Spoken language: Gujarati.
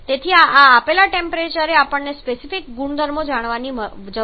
તેથી આ આપેલ ટેમ્પરેચરે આપણને સ્પેસિફિક ગુણધર્મોની જરૂર છે